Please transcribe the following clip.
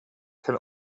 can